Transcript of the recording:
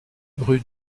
rue